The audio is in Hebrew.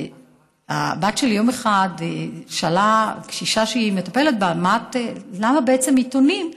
הבת שלי יום אחד שאלה קשישה שהיא מטפלת בה: למה בעצם עיתונים?